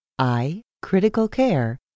iCriticalCare